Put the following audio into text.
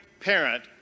parent